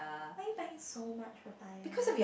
why you buying so much papaya